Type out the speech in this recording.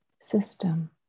system